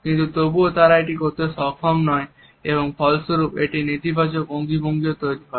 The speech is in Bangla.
কিন্তু তবুও তারা এটি করতে সক্ষম নয় এবং ফল স্বরূপ একটি নেতিবাচক অঙ্গভঙ্গিও তৈরি হয়